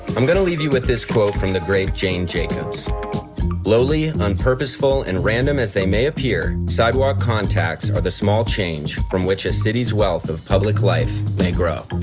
i'm gonna leave you with this quote from the great jane jacobs lowly, unpurposeful, and random as they may appear, sidewalk contacts are the small change from which a city's wealth of public life may grow.